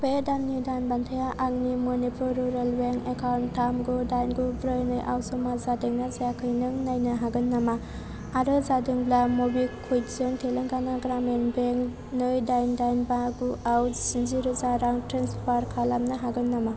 बे दाननि दान बान्थाया आंनि मनिपुर रुरेल बेंक एकाउन्ट थाम गु दाइन गु ब्रै नैआव जमा जादोंना जायाखै नों नायनो हागोन नामा आरो जादोंब्ला मबिकुविकजों तेलेंगाना ग्रामिन बेंक नै दाइन दाइन बा गुआव स्निजिरोजा रां ट्रेन्सफार खालामनो हागोन नामा